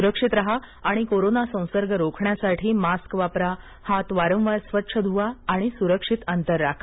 सुरक्षित राहा आणि कोरोना संसर्ग रोखण्यासाठी मास्क वापरा हात वारंवार स्वच्छ धुवा आणि सुरक्षित अंतर राखा